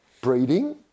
breeding